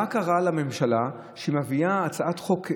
מה קרה לממשלה, שהיא מביאה הצעת חוק?